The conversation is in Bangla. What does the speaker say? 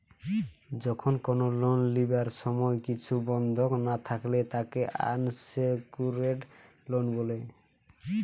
যখন কোনো লোন লিবার সময় কিছু বন্ধক না থাকলে তাকে আনসেক্যুরড লোন বলে